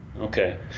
Okay